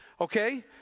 okay